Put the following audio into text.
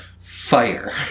Fire